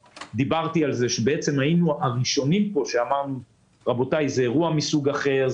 שהיינו הראשונים שאמרו שזה אירוע מסוג אחר,